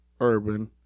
urban